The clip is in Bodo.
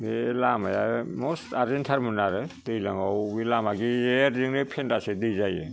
बे लामाया मस्त आरजेन्त थारमोन आरो दैलाङाव बे लामा गेजेरजोंनो फेन्दासे दै जायो